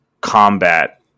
combat